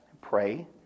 pray